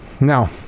now